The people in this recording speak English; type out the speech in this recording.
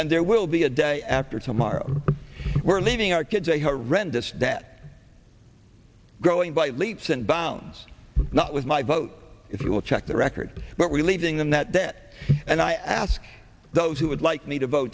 and there will be a day after tomorrow we're leaving our kids a horrendous debt growing by leaps and bounds not with my vote if you will check the record but relieving them that debt and i ask those who would like me to vote